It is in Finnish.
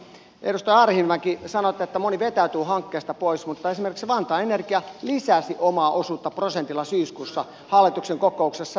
edustaja arhinmäki sanoitte että moni vetäytyy hankkeesta pois mutta esimerkiksi vantaan energia lisäsi omaa osuuttaan prosentilla syyskuussa hallituksen kokouksessa